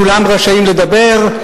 כולם רשאים לדבר.